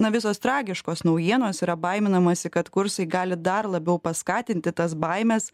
na visos tragiškos naujienos yra baiminamasi kad kursai gali dar labiau paskatinti tas baimes